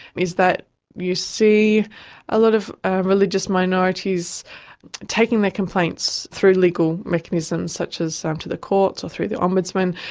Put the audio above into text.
is that you see a lot of ah religious minorities taking their complaints through legal mechanisms such as um to the courts or through the ombudsman,